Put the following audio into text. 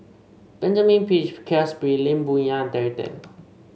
Benjamin Peach Keasberry Lee Boon Yang and Terry Tan